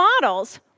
models